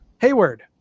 Hayward